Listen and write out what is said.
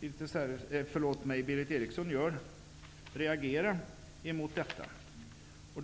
Berith Eriksson gör reagera mot dessa.